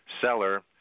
seller